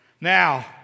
Now